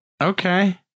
Okay